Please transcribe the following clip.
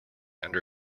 under